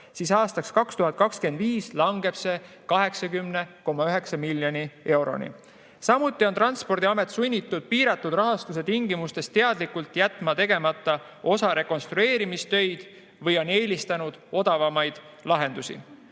siis aastaks 2025 langeb see 80,9 miljoni euroni. Samuti on Transpordiamet sunnitud piiratud rahastuse tingimustes teadlikult jätma tegemata osa rekonstrueerimistöid või peab eelistama odavamaid lahendusi.